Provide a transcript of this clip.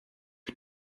die